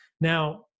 Now